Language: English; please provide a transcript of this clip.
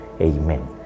Amen